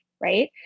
Right